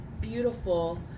beautiful